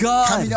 God